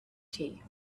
tea